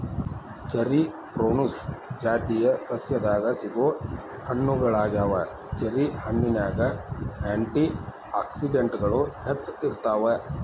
cherry Prunus ಜಾತಿಯ ಸಸ್ಯದಾಗ ಸಿಗೋ ಹಣ್ಣುಗಳಗ್ಯಾವ, ಚೆರಿ ಹಣ್ಣಿನ್ಯಾಗ ಆ್ಯಂಟಿ ಆಕ್ಸಿಡೆಂಟ್ಗಳು ಹೆಚ್ಚ ಇರ್ತಾವ